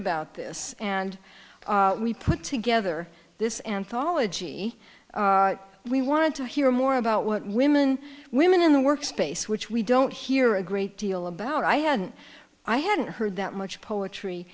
about this and we put together this anthology we wanted to hear more about what women women in the work space which we don't hear a great deal about i hadn't i hadn't heard that much poetry